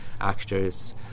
actors